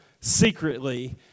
secretly